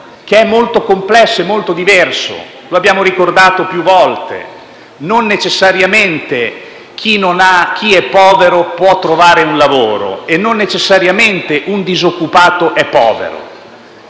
che è molto complesso e molto diverso, lo abbiamo ricordato più volte. Non necessariamente chi è povero può trovare un lavoro e non necessariamente un disoccupato è povero: